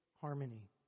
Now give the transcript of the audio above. harmony